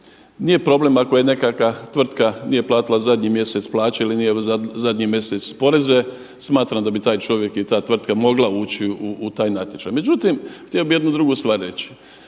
Nije problem ako nekakva tvrtka nije platila zadnji mjesec plaće ili nije zadnji mjesec poreze, smatram da bi taj čovjek i ta tvrtka mogla ući u taj natječaj. Međutim, htio bih jednu drugu stvar reći,